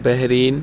Bahrain